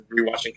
rewatching